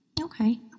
Okay